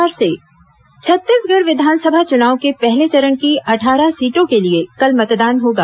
विस चुनाव मतदान छत्तीसगढ़ विधानसभा चुनाव के पहले चरण की अट्ठारह सीटों के लिए कल मतदान होगा